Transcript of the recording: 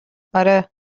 آره